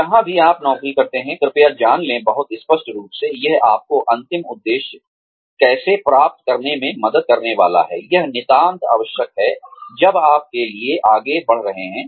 जहां भी आप नौकरी करते हैं कृपया जान लें बहुत स्पष्ट रूप से यह आपको अंतिम उद्देश्य कैसे प्राप्त करने में मदद करने वाला है यह नितांत आवश्यक है जब आप के लिए आगे बढ़ रहे हैं